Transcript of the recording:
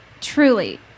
truly